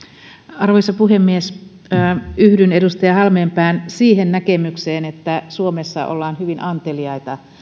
arvoisa puhemies yhdyn siihen edustaja halmeenpään näkemykseen että suomessa ollaan hyvin anteliaita